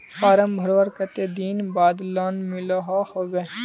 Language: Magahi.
फारम भरवार कते दिन बाद लोन मिलोहो होबे?